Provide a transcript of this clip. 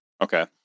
Okay